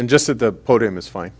and just at the podium is fine